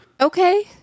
Okay